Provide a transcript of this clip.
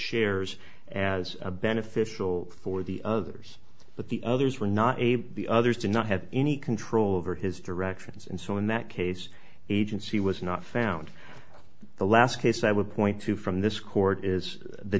shares as a beneficial for the others but the others were not able the others did not have any control over his directions and so in that case agency was not found the last case i would point to from this court is the